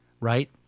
Right